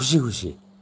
खुशी खुशी